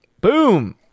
Boom